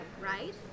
right